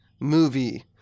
movie